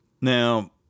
Now